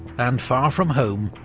and far from home,